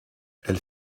elle